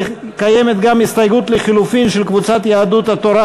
קיימת גם הסתייגות לחלופין של קבוצת יהדות התורה.